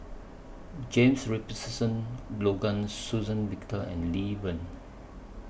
James Richardson Logan Suzann Victor and Lee Wen